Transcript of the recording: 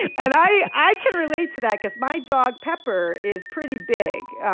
and i i can relate to that because my dog pepper is pretty big.